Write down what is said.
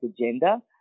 agenda